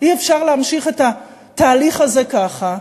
אי-אפשר להמשיך את התהליך הזה ככה.